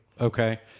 Okay